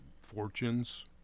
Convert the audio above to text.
fortunes